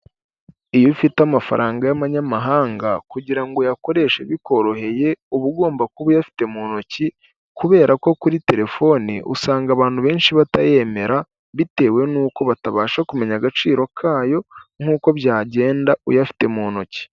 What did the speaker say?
Iyo ufite amafaranga y'abanyamahanga, kugira ngo uyakoreshe bikoroheye, uba ugomba kuba uyafite mu ntoki, kubera ko kuri telefone usanga abantu benshi batayemera, bitewe n'uko batabasha kumenya agaciro kayo, nk'uko byagenda uyafite mu ntoki.